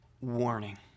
warning